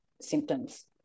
symptoms